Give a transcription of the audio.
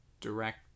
direct